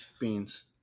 beans